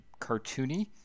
cartoony